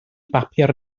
bapur